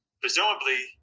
presumably